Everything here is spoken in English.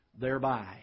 thereby